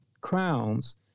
crowns